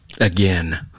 Again